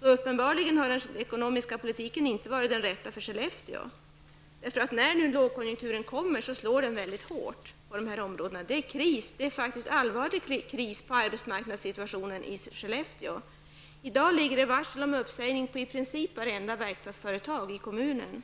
Uppenbarligen har den ekonomiska politiken inte varit den rätta för Skellefteå. När lågkonjunkturen nu kommer, slår den väldigt hårt på dessa områden. Det är faktiskt en allvarlig kris i arbetsmarknadssituationen i Skellefteå. I dag ligger det varsel om uppsägningar hos i princip varje verkstadsföretag i kommunen.